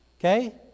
Okay